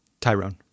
Tyrone